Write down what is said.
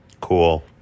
Cool